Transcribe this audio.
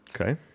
Okay